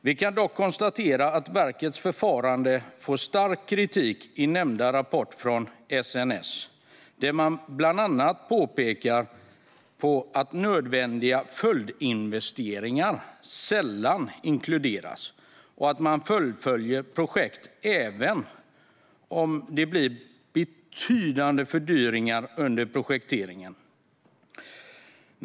Vi kan dock konstatera att verkets förfarande får stark kritik i nämnda rapport från SNS, där det bland annat påpekas att nödvändiga följdinvesteringar sällan inkluderas och att man fullföljer projekt även om det blir betydande fördyringar under projekteringen.